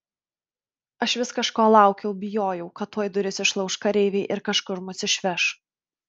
aš vis kažko laukiau bijojau kad tuoj duris išlauš kareiviai ir kažkur mus išveš